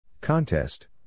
Contest